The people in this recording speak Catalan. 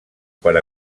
per